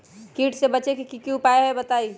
कीट से बचे के की उपाय हैं बताई?